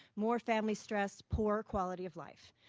more family stress, poor quality of life.